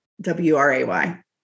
W-R-A-Y